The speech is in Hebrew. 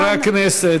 חברי הכנסת.